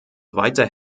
weiter